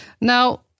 now